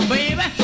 Baby